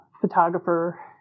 photographer